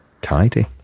tidy